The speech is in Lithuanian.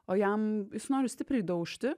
o jam jis nori stipriai daužti